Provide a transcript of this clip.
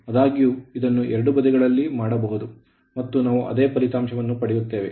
ಆದಾಗ್ಯೂ ಇದನ್ನು ಎರಡೂ ಬದಿಗಳಲ್ಲಿ ಮಾಡಬಹುದು ಮತ್ತು ನಾವು ಅದೇ ಫಲಿತಾಂಶವನ್ನು ಪಡೆಯುತ್ತೇವೆ